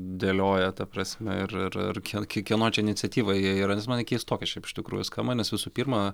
dėlioja ta prasme ir ir ir kie kieno čia iniciatyva jie yra nes man ji keistoka šiaip iš tikrųjų skamba nes visų pirma